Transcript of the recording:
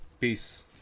Peace